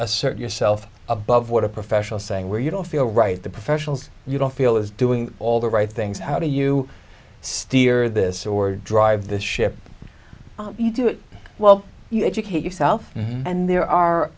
assert yourself above what a professional saying where you don't feel right the professionals you don't feel is doing all the right things how do you steer this or drive this ship you do it well you educate yourself and there are